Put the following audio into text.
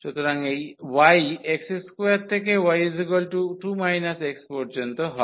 সুতরাং এই y x2 থেকে y 2 x পর্যন্ত হয়